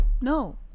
No